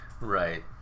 Right